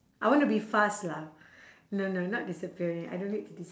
I want to be fast lah no no not disappearing I don't need to dis~